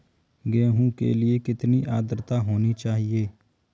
गेहूँ के लिए कितनी आद्रता होनी चाहिए?